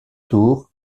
tour